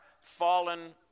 fallen